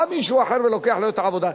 בא מישהו אחר ולוקח לו את העבודה,